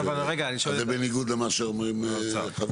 אז זה בניגוד למה שאומרים חברינו פה.